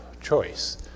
choice